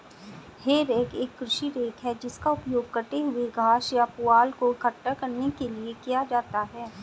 हे rake एक कृषि rake है जिसका उपयोग कटे हुए घास या पुआल को इकट्ठा करने के लिए किया जाता है